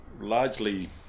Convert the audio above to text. largely